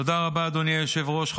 תודה רבה, אדוני היושב-ראש.